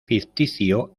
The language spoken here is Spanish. ficticio